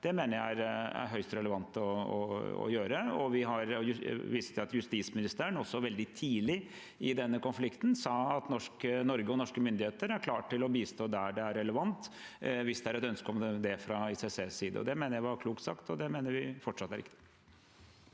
det mener jeg det er høyst relevant å gjøre. Jeg viser til at justisministeren også veldig tidlig i denne konflikten sa at Norge og norske myndigheter er klare til å bistå der det er relevant, hvis det er et ønske om det fra ICCs side. Det mener jeg var klokt sagt, og det mener vi fortsatt er riktig.